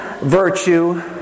virtue